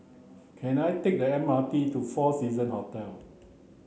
can I take the M R T to Four Seasons Hotel